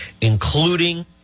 including